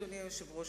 אדוני היושב-ראש,